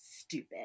stupid